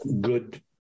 good